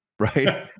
right